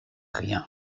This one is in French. rien